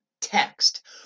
text